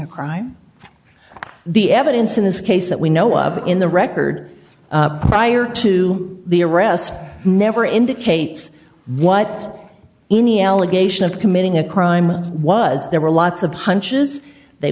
a crime the evidence in this case that we know of in the record prior to the arrest never indicates what any allegation of committing a crime was there were lots of hunches they